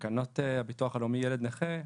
תקנות הביטוח הלאומי (ילד נכה),